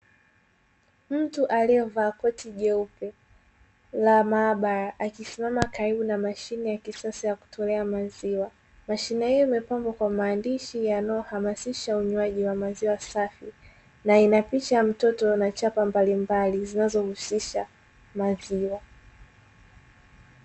Mtu aliyevaa koti jeupe la maabara akisimama karibu na mashine ya kisasa ya kutolea maziwa. Mashine hiyo imepambwa kwa maandishi yanayohamasisha unywaji wa maziwa safi, na ina picha ya mtoto na chapa mbalimbali zinazohusisha maziwa.